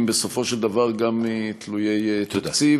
הם בסופו של דבר גם תלויי תקציב,